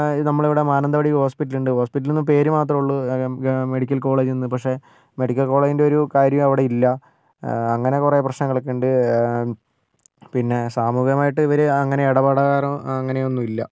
ഇത് നമ്മളെ ഇവിടെ മാനന്തവാടിയൊരു ഹോസ്പിറ്റൽ ഉണ്ട് ഹോസ്പിറ്റൽ എന്ന് പേര് മാത്രമേ ഉള്ളൂ മെഡിക്കൽ കോളേജ് എന്ന് പക്ഷേ മെഡിക്കൽ കോളേജിൻ്റെ ഒരു കാര്യം അവിടെയില്ല അങ്ങനെ കുറേ പ്രശ്നങ്ങളൊക്കെയുണ്ട് പിന്നെ സാമൂഹ്യമായിട്ട് ഇവർ അങ്ങനെ ഇടപെടാറോ അങ്ങനെയൊന്നുമില്ല